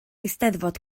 eisteddfod